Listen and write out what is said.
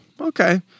Okay